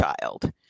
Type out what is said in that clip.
child